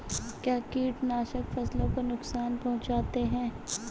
क्या कीटनाशक फसलों को नुकसान पहुँचाते हैं?